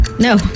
No